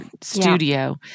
studio